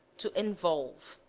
to involve